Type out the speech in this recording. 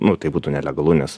nu tai būtų nelegalu nes